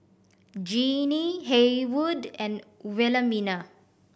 Jeanine Haywood and Wilhelmina